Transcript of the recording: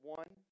one